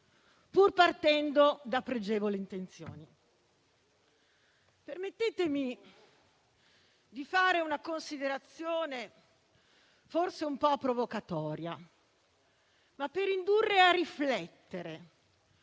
pur partendo da pregevoli intenzioni. Permettetemi di fare una considerazione, forse un po' provocatoria, per indurre a riflettere